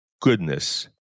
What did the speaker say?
goodness